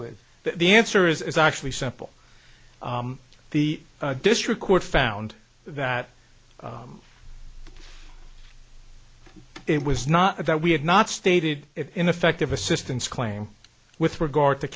with the answer is actually simple the district court found that it was not that we had not stated ineffective assistance claim with regard to